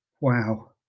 Wow